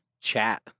chat